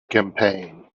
campaign